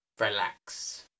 relax